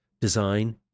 design